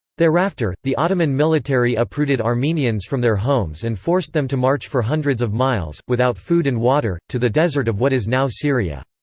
thereafter, the ottoman military uprooted armenians from their homes and forced them to march for hundreds of miles, without food and water, to the desert of what is now syria.